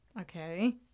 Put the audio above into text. Okay